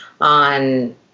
on